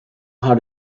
how